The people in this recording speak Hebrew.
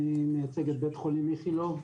אני מייצג את בית חולים איכילוב.